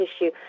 issue